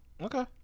Okay